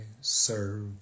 serve